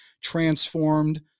transformed